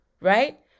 right